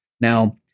Now